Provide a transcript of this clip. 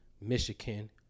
Michigan